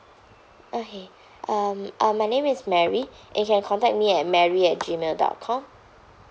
okay um uh my name is mary you can contact me at mary at gmail dot com